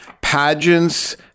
pageants